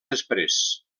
després